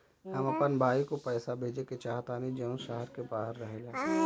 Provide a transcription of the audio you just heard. हम अपन भाई को पैसा भेजे के चाहतानी जौन शहर से बाहर रहेला